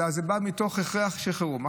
אלא זה בא מתוך הכרח של חירום.